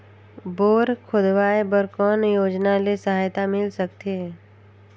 Bore खोदवाय बर कौन योजना ले सहायता मिल सकथे?